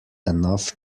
enough